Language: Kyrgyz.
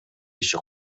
иши